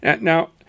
Now